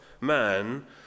man